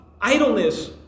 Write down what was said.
idleness